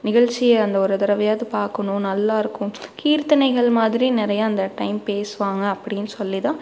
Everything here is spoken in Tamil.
நிகழ்ச்சியை அந்த ஒரு தடவையாது பார்க்கணும் நல்லா இருக்கும் கீர்த்தனைகள் மாதிரி நிறையா அந்த டைம் பேசுவாங்க அப்படின் சொல்லி தான்